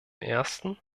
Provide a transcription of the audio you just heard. ersten